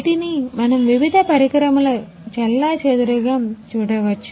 వీటిని మనము వివిధ పరికరముల చెల్లాచెదురుగాచూడవచ్చు